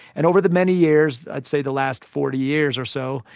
and over the many years, i'd say the last forty years or so,